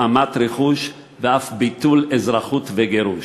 הלאמת רכוש ואף ביטול אזרחות וגירוש.